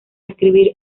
escribir